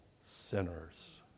sinners